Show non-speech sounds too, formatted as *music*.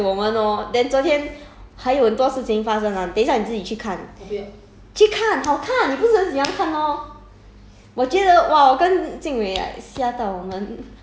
*noise* 这样 *laughs* then 吓死吓死我们 lor then 昨天还很多事情发生 lah 等一下你自己去看去看好看你不是很喜欢看 lor